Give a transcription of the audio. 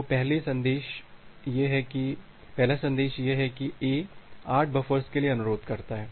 तो पहला संदेश यह है कि A 8 बफ़र्स के लिए अनुरोध करता है